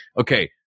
okay